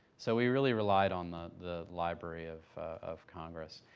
so we really relied on the the library of of congress.